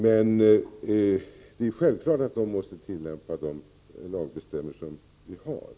Men självklart måste de tillämpa de lagbestämmelser som gäller.